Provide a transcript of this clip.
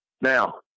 Now